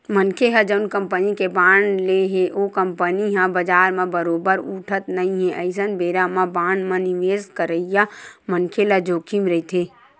मनखे ह जउन कंपनी के बांड ले हे ओ कंपनी ह बजार म बरोबर उठत नइ हे अइसन बेरा म बांड म निवेस करइया मनखे ल जोखिम रहिथे